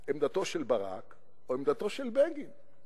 עמדתו של ברק או עמדתו של בני בגין?